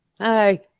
Hi